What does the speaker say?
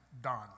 done